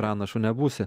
pranašu nebūsi